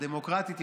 הדמוקרטית,